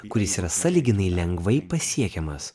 kuris yra sąlyginai lengvai pasiekiamas